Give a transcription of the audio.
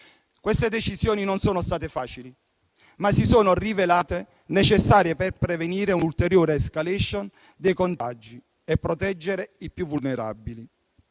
Queste decisioni non sono state facili, ma si sono rivelate necessarie per prevenire un'ulteriore *escalation* dei contagi e proteggere i più vulnerabili.